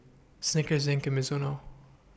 Snickers Zinc and Mizuno